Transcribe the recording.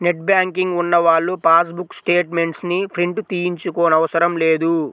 net banking ఉన్నవాళ్ళు passbook statement ని print తీయించుకోనవసరం లేదు